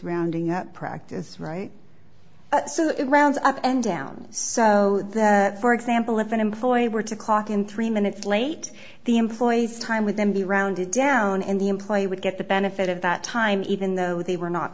rounding up practice right so it rounds up and down so that for example if an employee were to clock in three minutes late the employees time with them be rounded down in the employee would get the benefit of that time even though they were not